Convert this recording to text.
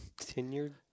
tenured